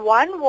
one